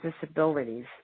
disabilities